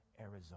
Arizona